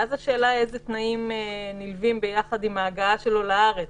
ואז השאלה היא מה התנאים הנלווים להגעה שלו לארץ.